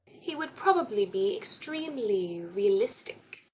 he would probably be extremely realistic.